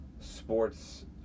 sports